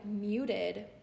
muted